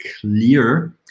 Clear